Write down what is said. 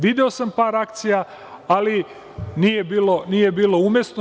Video sam par akcija, ali nije bilo umesno.